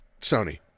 Sony